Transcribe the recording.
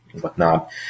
whatnot